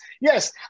Yes